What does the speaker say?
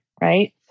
right